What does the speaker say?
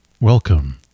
Welcome